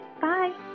bye